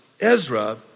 Ezra